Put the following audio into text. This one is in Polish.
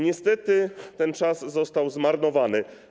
Niestety, ten czas został zmarnowany.